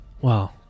Wow